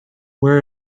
where